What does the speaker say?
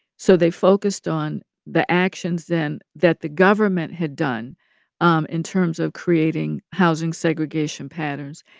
so they focused on the actions then that the government had done um in terms of creating housing segregation patterns,